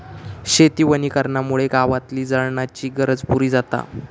शेती वनीकरणामुळे गावातली जळणाची गरज पुरी जाता